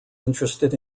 interested